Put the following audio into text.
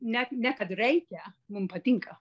ne ne kad reikia mum patinka